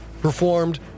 Performed